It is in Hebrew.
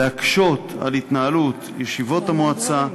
להקשות על התנהלות ישיבות המועצה,